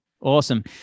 Awesome